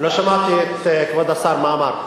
לא שמעתי את כבוד השר, מה אמר.